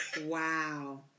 Wow